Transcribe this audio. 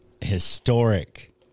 historic